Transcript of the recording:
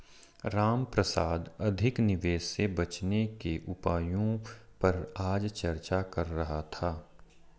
रामप्रसाद अधिक निवेश से बचने के उपायों पर आज चर्चा कर रहा था